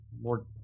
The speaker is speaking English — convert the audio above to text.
more